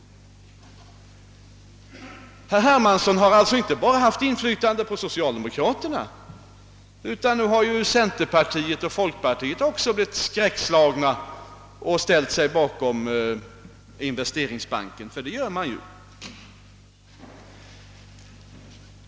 Herr Hermansson har alltså inte bara haft inflytnde på socialdemokraterna, utan nu har centerpartiet och folkpartiet också blivit skräckslagna och ställt sig bakom investeringsbanken — ty det gör man ju.